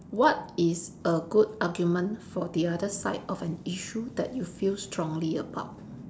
what is a good argument for the other side of an issue that you feel strongly about